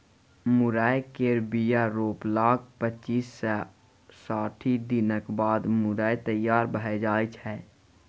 मुरय केर बीया रोपलाक पच्चीस सँ साठि दिनक बाद मुरय तैयार भए जाइ छै